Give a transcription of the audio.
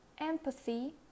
empathy